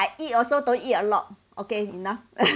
I eat also don't eat a lot okay enough